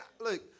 look